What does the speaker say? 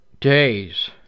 days